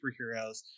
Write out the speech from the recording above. superheroes